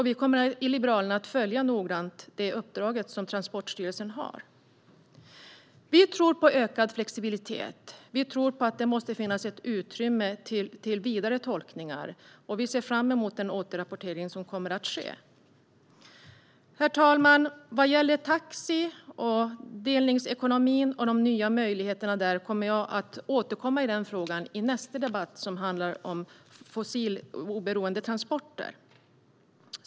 Vi i Liberalerna kommer att noggrant följa Transportstyrelsens arbete. Vi tror på ökad flexibilitet. Vi tror på att det måste finnas utrymme för vidare tolkningar, och vi ser fram emot den återrapportering som kommer att ske. Herr ålderspresident! Jag kommer att beröra taxi, delningsekonomin och de nya möjligheterna där i nästa debatt, som handlar om fossiloberoende transporter.